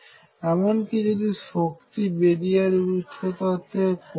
এমনকি যদি শক্তি বেরিয়ারের উচ্চতা থেকে কম হয়